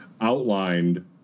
outlined